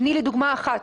תני לי דוגמה אחת.